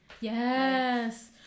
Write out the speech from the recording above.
yes